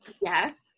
Yes